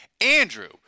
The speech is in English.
Andrew